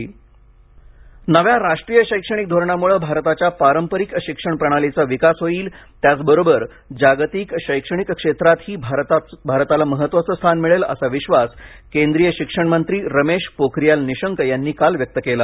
रमेश पोखरीयाल निशंक नव्या राष्ट्रीय शैक्षणिक धोरणामुळे भारताच्या पारंपरिक शिक्षण प्रणालीचा विकास होईल त्याचबरोबर जागतिक शैक्षणिक क्षेत्रातही भारताला महत्त्वाचं स्थान मिळेल असा विश्वास केंद्रीय शिक्षण मंत्री रमेश पोखरीयाल निशंक यांनी काल व्यक्त केला